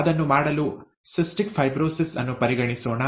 ಅದನ್ನು ಮಾಡಲು cystic fibrosis ಅನ್ನು ಪರಿಗಣಿಸೋಣ